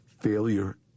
failure